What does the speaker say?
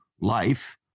life